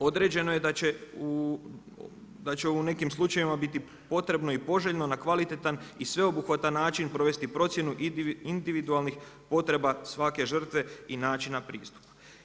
Određeno je da će u nekim slučajevima biti potrebno i poželjno na kvalitetan i sveobuhvatan način provesti procjenu individualnih potreba svake žrtve i načina pristupa.